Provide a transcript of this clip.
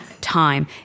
time